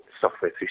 software